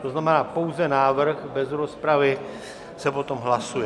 To znamená pouze návrh, bez rozpravy se potom hlasuje.